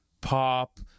pop